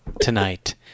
tonight